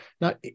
now